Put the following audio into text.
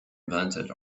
invented